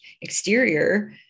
exterior